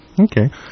Okay